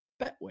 Betway